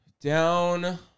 down